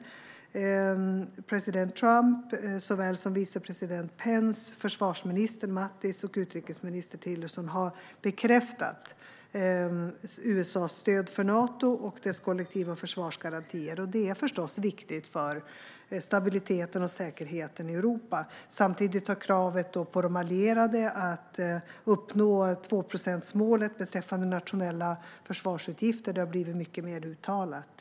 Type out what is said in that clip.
Såväl president Trump och vice president Pence som försvarsminister Mattis och utrikesminister Tillerson har bekräftat USA:s stöd för Nato och dess kollektiv och försvarsgarantier. Detta är förstås viktigt för stabiliteten och säkerheten i Europa. Samtidigt har kraven på de allierade att uppnå 2-procentsmålet beträffande nationella försvarsutgifter blivit mycket mer uttalade.